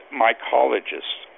mycologists